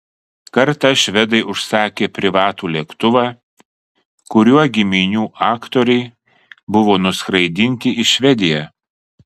kartą švedai užsakė privatų lėktuvą kuriuo giminių aktoriai buvo nuskraidinti į švediją